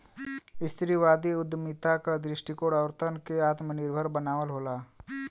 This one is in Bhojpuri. स्त्रीवादी उद्यमिता क दृष्टिकोण औरतन के आत्मनिर्भर बनावल होला